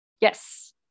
Yes